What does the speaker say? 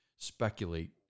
speculate